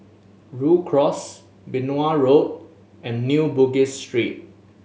Rhu Cross Benoi Road and New Bugis Street